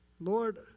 Lord